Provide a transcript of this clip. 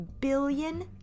billion